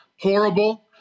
horrible